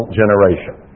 generation